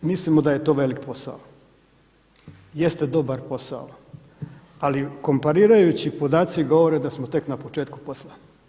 Mislimo da je to velik posao, jeste dobar posao, ali komparirajući podaci govore da smo tek na početku posla.